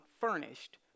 furnished